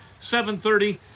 7.30